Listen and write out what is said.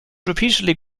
reputedly